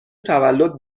تولد